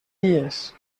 dies